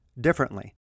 differently